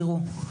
תראו,